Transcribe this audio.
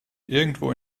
irgendwo